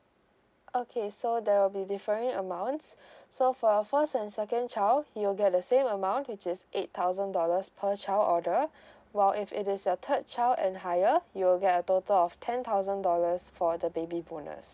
okay so there will be differing amounts so for your first and second child you'll get the same amount which is eight thousand dollars per child order while if it is a third child and higher you will get a total of ten thousand dollars for the baby bonus